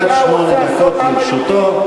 עד שמונה דקות לרשותו.